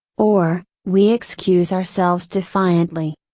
or, we excuse ourselves defiantly.